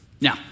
Now